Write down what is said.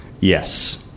yes